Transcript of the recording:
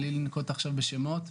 בלי לנקוט עכשיו בשמות,